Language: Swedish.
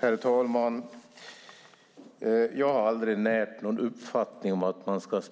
Herr talman! Jag har aldrig närt någon uppfattning om att man ska